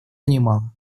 немало